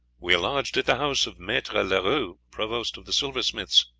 we are lodged at the house of maitre leroux, provost of the silversmiths.